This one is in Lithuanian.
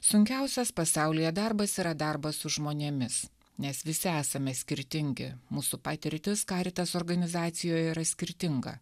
sunkiausias pasaulyje darbas yra darbas su žmonėmis nes visi esame skirtingi mūsų patirtis karitas organizacijoj yra skirtinga